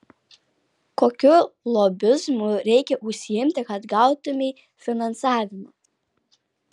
kokiu lobizmu reikia užsiimti kad gautumei finansavimą